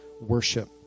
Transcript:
worship